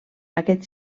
aquest